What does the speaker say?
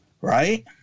right